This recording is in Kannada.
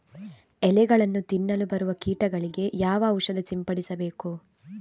ಎಲೆಗಳನ್ನು ತಿನ್ನಲು ಬರುವ ಕೀಟಗಳಿಗೆ ಯಾವ ಔಷಧ ಸಿಂಪಡಿಸಬೇಕು?